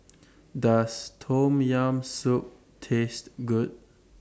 Does Tom Yam Soup Taste Good